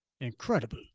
Incredible